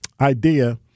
idea